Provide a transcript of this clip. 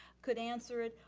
could answer it.